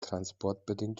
transportbedingt